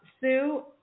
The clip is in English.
Sue